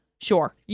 sure